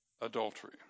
adultery